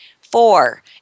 Four